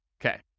Okay